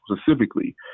specifically